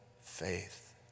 faith